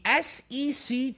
SEC